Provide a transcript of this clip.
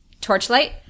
Torchlight